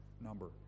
number